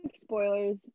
spoilers